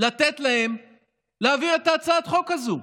לתת להם להעביר את הצעת החוק הזו?